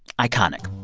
iconic